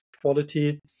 quality